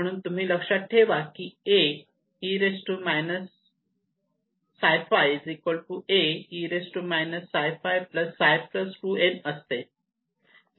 म्हणून तुम्ही लक्षात ठेवा की असते